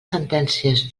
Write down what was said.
sentències